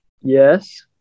Yes